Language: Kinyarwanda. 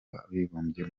w’abibumbye